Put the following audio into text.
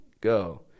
go